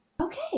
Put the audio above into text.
Okay